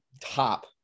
top